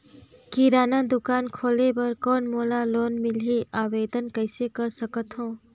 किराना दुकान खोले बर कौन मोला लोन मिलही? आवेदन कइसे कर सकथव?